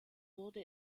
wurde